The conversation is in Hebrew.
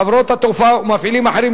חברות התעופה ומפעילים אחרים,